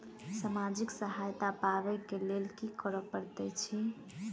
सामाजिक सहायता पाबै केँ लेल की करऽ पड़तै छी?